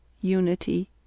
Unity